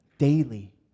Daily